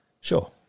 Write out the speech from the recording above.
Sure